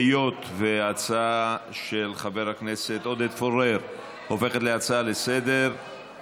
היות שההצעה של חבר הכנסת עודד פורר הופכת להצעה לסדר-היום,